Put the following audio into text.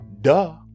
Duh